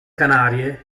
canarie